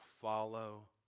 follow